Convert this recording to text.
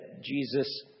Jesus